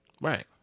Right